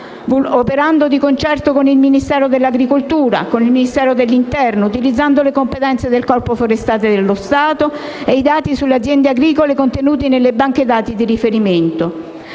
operando di concerto con il Ministero delle politiche agricole, con il Ministero dell'interno, utilizzando le competenze del Corpo forestale dello Stato e i dati sulle aziende agricole contenuti nelle banche dati di riferimento.